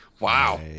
Wow